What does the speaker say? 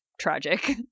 Tragic